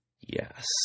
Yes